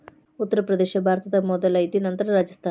ಉತ್ತರ ಪ್ರದೇಶಾ ಭಾರತದಾಗ ಮೊದಲ ಐತಿ ನಂತರ ರಾಜಸ್ಥಾನ